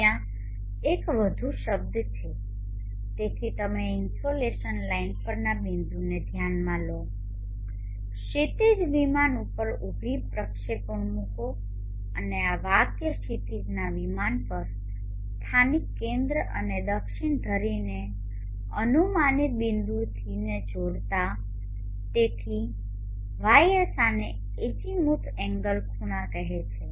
ત્યાં એક વધુ શબ્દ છે તેથી તમે ઇનસોલેશન લાઇન પરના બિંદુને ધ્યાનમાં લો ક્ષિતિજ વિમાન પર ઉભી પ્રક્ષેપણ મૂકો અને આ વાક્ય ક્ષિતિજના વિમાન પર સ્થાનિક કેન્દ્ર અને દક્ષિણ ધરીને અનુમાનિત બિંદુને જોડતા તેથી γS આને એજીમુથ એન્ગલ ખૂણા કહેવામાં આવે છે